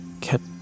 kept